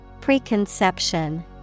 Preconception